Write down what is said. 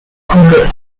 coule